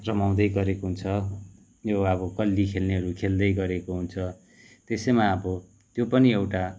रमाउँदै गरेको हुन्छ यो अब कल्ली खेल्नेहरू खेल्दै गरेको हुन्छ त्यसैमा अब त्यो पनि एउटा